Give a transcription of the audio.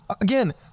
Again